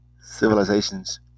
civilizations